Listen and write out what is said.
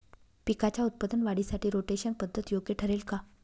पिकाच्या उत्पादन वाढीसाठी रोटेशन पद्धत योग्य ठरेल का?